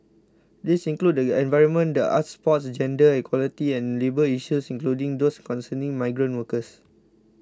these include the environment the arts sports gender equality and labour issues including those concerning migrant workers